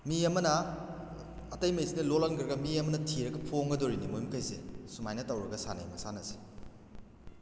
ꯃꯤ ꯑꯃꯅ ꯑꯇꯩ ꯃꯤꯁꯤꯅ ꯂꯣꯠꯍꯟꯈ꯭ꯔꯒ ꯃꯤ ꯑꯃꯅ ꯊꯤꯔꯒ ꯐꯣꯡꯒꯗꯣꯔꯤꯅꯤ ꯃꯣꯏ ꯃꯈꯩꯁꯦ ꯁꯨꯃꯥꯏꯅ ꯇꯧꯔꯒ ꯁꯥꯟꯅꯩ ꯃꯁꯥꯟꯅ ꯑꯁꯦ